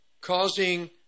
causing